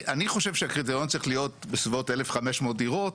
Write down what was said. אני חושב שקריטריון צריך להיות בסביבות 1,500 דירות.